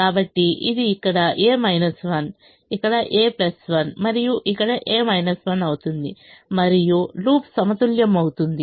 కాబట్టి ఇది ఇక్కడ a 1 ఇక్కడ a 1 మరియు ఇక్కడ a 1 అవుతుంది మరియు లూప్ సమతుల్యమవుతుంది